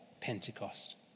Pentecost